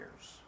years